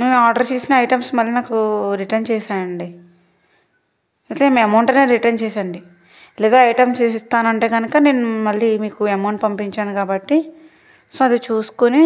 నేను ఆర్డర్ చేసిన ఐటమ్స్ మరి నాకు రిటర్న్ చేసేయండి లేదా అమౌంట్ అయినా రిటర్న్ చేసేయండి లేదా ఐటమ్స్ ఇస్తానంటే దానికి కనుక నేను మళ్ళీ మీకు అమౌంట్ పంపించాను కాబట్టి సో అది చూసుకొని